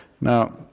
Now